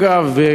אגב,